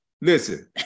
listen